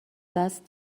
دست